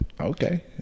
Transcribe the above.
Okay